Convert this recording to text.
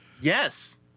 Yes